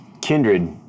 Kindred